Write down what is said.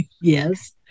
Yes